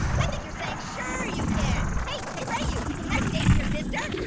i think you're saying, sure, you can. hey, hey, rayu? can i date your sister?